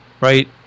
right